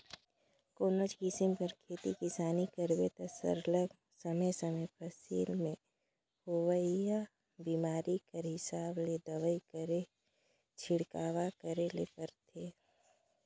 कोनोच किसिम कर खेती किसानी करबे ता सरलग समे समे फसिल में होवइया बेमारी कर हिसाब ले दवई कर छिड़काव करे ले परथे